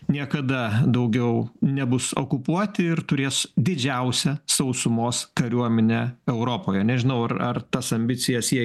niekada daugiau nebus okupuoti ir turės didžiausią sausumos kariuomenę europoje nežinau ar ar tas ambicijas jie